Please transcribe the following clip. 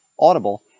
Audible